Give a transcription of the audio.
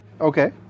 Okay